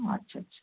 আচ্ছা আচ্ছা